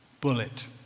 bullet